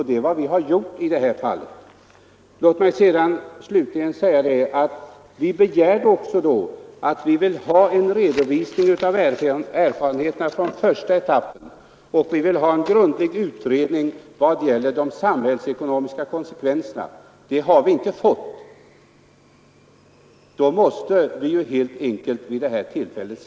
Det är vad vi har gjort i det här fallet. Låt mig slutligen säga att vi begärde också att få en redovisning av erfarenheterna från första etappen och en grundlig utredning om de samhällsekonomiska konsekvenserna. Det har vi inte fått. Då måste vi helt enkelt vid det här tillfället säga nej.